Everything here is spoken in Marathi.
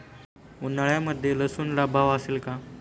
उन्हाळ्यामध्ये लसूणला भाव असेल का?